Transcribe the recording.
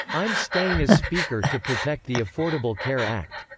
i'm staying as speaker to protect the affordable care act.